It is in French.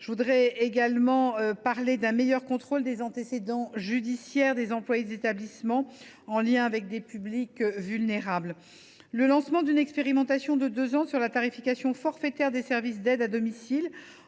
proposerons également de renforcer le contrôle des antécédents judiciaires des employés des établissements en lien avec des publics vulnérables. Je citerai enfin le lancement d’une expérimentation de deux ans sur la tarification forfaitaire des services autonomie à domicile